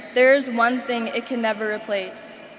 there's one thing it can never replace.